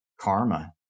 karma